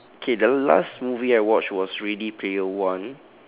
okay the last movie I watched was ready player one